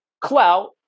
clout